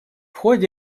ходе